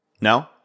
No